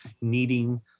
needing